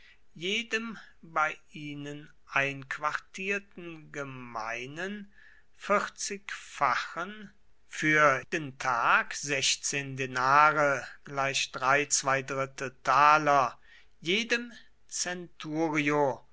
jedem bei ihnen einquartierten gemeinen vierzigfachen für den tag